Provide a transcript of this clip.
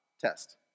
test